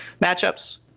matchups